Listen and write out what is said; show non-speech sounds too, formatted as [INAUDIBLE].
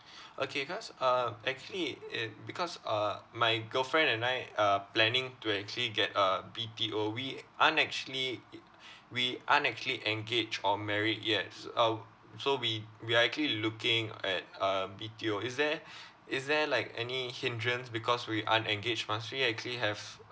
okay cause uh actually it it because uh my girlfriend and I are planning to actually get a B_T_O we aren't actually [NOISE] we aren't actually engaged or married yet s~ um so we we are actually looking at a B_T_O is there is there like any hindrance because we aren't engaged must we actually have